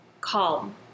calm